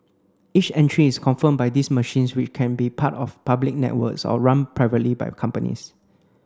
each entry is confirmed by these machines which can be part of public networks or run privately by companies